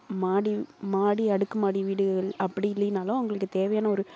மாடி மாடி அடுக்கு மாடி வீடுகள் அப்படி இல்லைன்னாலும் அவங்களுக்கு தேவையான ஒரு